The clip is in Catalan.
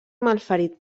malferit